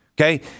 Okay